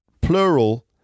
plural